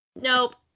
Nope